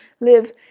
live